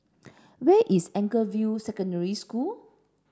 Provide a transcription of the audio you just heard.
where is Anchorvale Secondary School